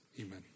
Amen